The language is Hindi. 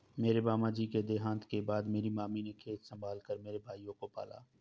मेरे मामा जी के देहांत के बाद मेरी मामी ने खेत संभाल कर मेरे भाइयों को पाला